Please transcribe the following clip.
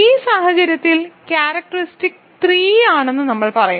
ഈ സാഹചര്യത്തിൽ ക്യാരക്റ്ററിസ്റ്റിക് 3 ആണെന്ന് നമ്മൾ പറയുന്നു